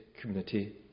community